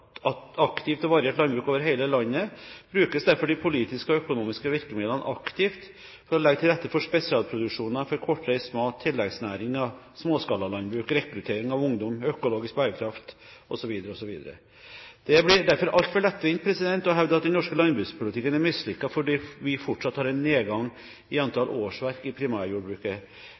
aktivt og variert landbruk over hele landet brukes derfor de politiske og økonomiske virkemidlene aktivt for å legge til rette for spesialproduksjoner, kortreist mat, tilleggsnæringer, småskalalandbruk, rekruttering av ungdom, økologisk bærekraft osv. Det blir derfor altfor lettvint å hevde at den norske landbrukspolitikken er mislykket fordi vi fortsatt har en nedgang i antall årsverk i primærjordbruket.